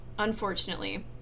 unfortunately